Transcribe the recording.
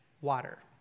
water